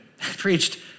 preached